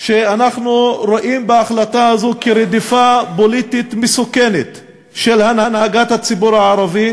שאנחנו רואים בהחלטה הזאת רדיפה פוליטית מסוכנת של הנהגת הציבור הערבי.